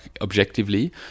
objectively